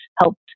helped